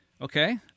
Okay